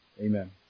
Amen